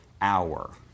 hour